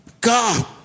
God